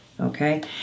okay